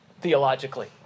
theologically